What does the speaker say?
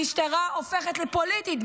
המשטרה הופכת לפוליטית,